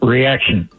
Reaction